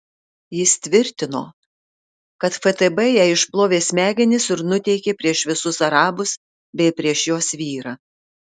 jis tvirtino kad ftb jai išplovė smegenis ir nuteikė prieš visus arabus bei prieš jos vyrą